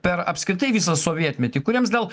per apskritai visą sovietmetį kuriems dėl